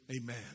Amen